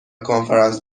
کنفرانس